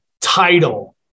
title